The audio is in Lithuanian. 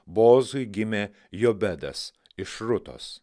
bozui gimė jobedas iš rutos